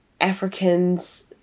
Africans